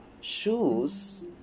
shoes